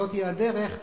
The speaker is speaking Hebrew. זוהי הדרך,